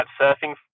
surfing